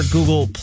Google